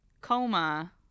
coma